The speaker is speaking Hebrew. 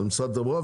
על משרד התחבורה,